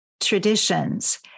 traditions